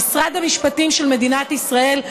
שמשרד המשפטים של מדינת ישראל,